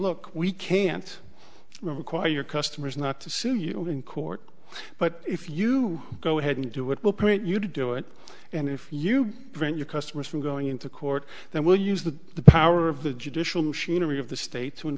look we can't require your customers not to see you in court but if you go ahead and do it will point you to do it and if you bring your customers from going into court then we'll use the power of the judicial machinery of the state